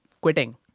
quitting